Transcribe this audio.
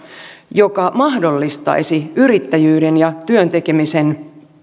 joka mahdollistaisi paremmin yrittäjyyden ja työn tekemisen